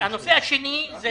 הנושא השני זה